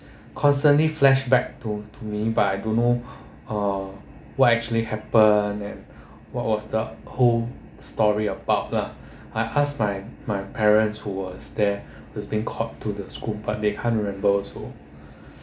constantly flashback to to me but I don't know uh what actually happen and what was the whole story about lah I asked my my parents who was there has been caught to the school but they can't remember also